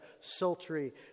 sultry